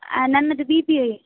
ನನ್ನದು B B I